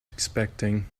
expecting